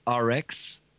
RX